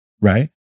right